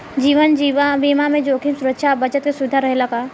जीवन बीमा में जोखिम सुरक्षा आ बचत के सुविधा रहेला का?